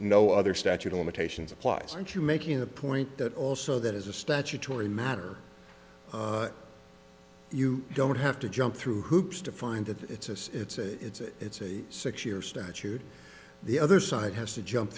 no other statute of limitations applies and you making a point that also that is a statutory matter you don't have to jump through hoops to find that it's a it's a it's a six year statute the other side has to jump